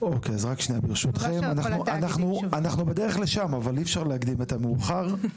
אנחנו בדרך לשם, אבל אי אפשר להקדים את המאוחר.